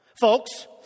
Folks